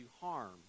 harm